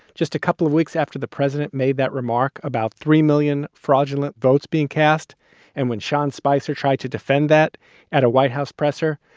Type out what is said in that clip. just a couple of weeks after the president made that remark, about three million fraudulent votes being cast and when sean spicer tried to defend that at a white house presser.